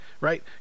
right